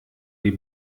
die